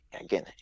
again